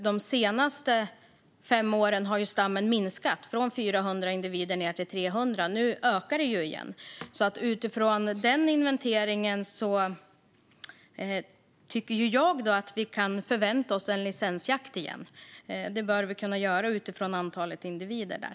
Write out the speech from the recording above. De senaste fem åren har stammen minskat från 400 individer ned till 300, men nu ökar den igen. Utifrån denna inventering tycker jag att vi kan förvänta oss licensjakt igen. Detta bör vi kunna göra utifrån antalet individer.